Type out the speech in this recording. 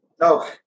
no